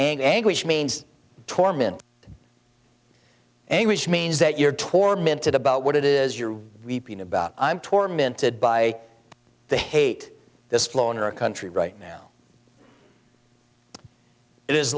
anguish means torment and which means that you're tormented about what it is you're weeping about i'm tormented by the hate this flow in our country right now it is